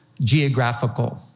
geographical